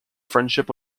friendship